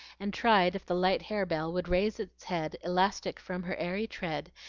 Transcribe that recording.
and tried if the light harebell would raise its head, elastic from her airy tread,